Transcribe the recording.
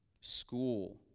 school